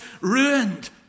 ruined